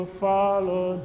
follow